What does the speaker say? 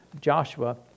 Joshua